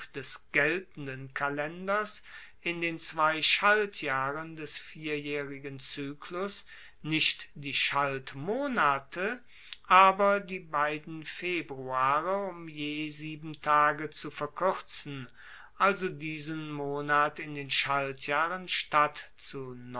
des geltenden kalenders in den zwei schaltjahren des vierjaehrigen zyklus nicht die schaltmonate aber die beiden februare um je sieben tage zu verkuerzen also diesen monat in den schaltjahren statt zu